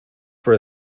for